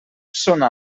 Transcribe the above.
sonar